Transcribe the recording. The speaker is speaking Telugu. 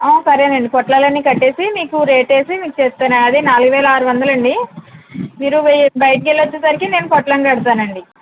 సరేనండి పొట్లాలన్నీ కట్టేసి మీకు రేటేసి మీకు చెప్తాను అదే నాలుగు వేల ఆరు వందలండి మీరు బయటికి వెళ్ళి వచ్చేసరికి నేను పొట్లం కడతానండి